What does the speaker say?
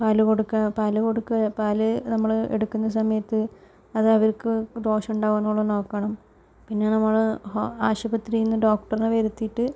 പാല് കൊടുക്കുക പാല് കൊടുക്കുക പാല് നമ്മള് എടുക്കുന്ന സമയത്ത് അതവർക്ക് ദോഷമുണ്ടാവുമോയെന്ന് ഉള്ളത് നോക്കണം പിന്നെ നമ്മൾ ആശുപത്രിയിൽനിന്ന് ഡോക്ടറിനെ വരുത്തിയിട്ട്